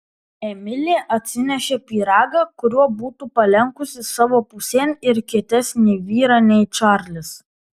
emilė atsinešė pyragą kuriuo būtų palenkusi savo pusėn ir kietesnį vyrą nei čarlis